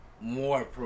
more